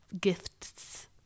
gifts